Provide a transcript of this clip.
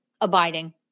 abiding